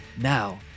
Now